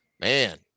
man